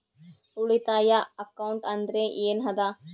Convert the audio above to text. ಉಳಿತಾಯ ಅಕೌಂಟ್ ಅಂದ್ರೆ ಏನ್ ಅದ?